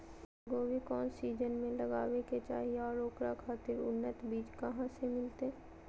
फूलगोभी कौन सीजन में लगावे के चाही और ओकरा खातिर उन्नत बिज कहा से मिलते?